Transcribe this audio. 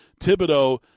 Thibodeau